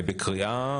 בקריאה,